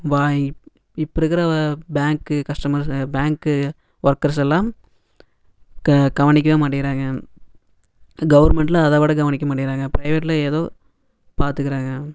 வாய் இப்போருக்குற பேங்க்கு கஷ்டமார்ஸ் பேங்க்கு ஒர்க்கர்ஸ் எல்லாம் கவனிக்கவே மாட்டுறாங்க கவர்மெண்ட்டில் அத விட கவனிக்க மாட்டேங்குறாங்க ப்ரைவேட்டில் ஏதோ பார்த்துகுறாங்க